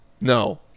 No